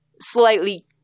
slightly